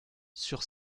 sur